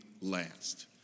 last